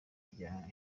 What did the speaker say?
rya